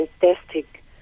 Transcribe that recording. fantastic